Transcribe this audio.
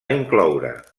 incloure